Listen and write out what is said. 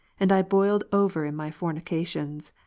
and i boiled over in my fornications,